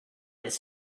his